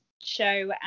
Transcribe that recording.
show